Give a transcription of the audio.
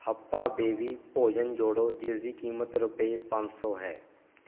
ਹੱਪਾ baby ਭੋਜਨ ਜੋੜੋ ਜਿਸ ਦੀ ਕੀਮਤ ਰੁਪਏ ਪੰਜ ਸੌ ਹੈ